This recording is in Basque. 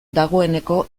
dagoeneko